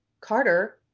Carter